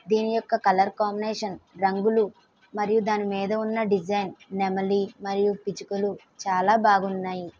దీని యొక్క colour combination రంగులు మరియు దాని మీద ఉన్న డిజైన్ నెమలి మరియు పిచుకలు చాలా బాగున్నాయి